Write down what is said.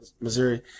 Missouri